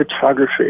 photography